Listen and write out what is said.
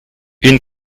une